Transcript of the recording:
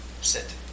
sit